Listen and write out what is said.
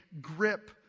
grip